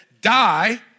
die